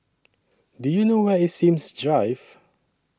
Do YOU know Where IS Sims Drive